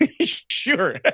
sure